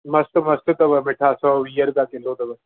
मस्तु मस्तु अथव मिठा सौ वीह रुपिया किलो अथव